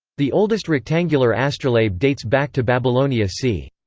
the oldest rectangular astrolabe dates back to babylonia c.